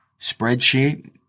spreadsheet